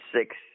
six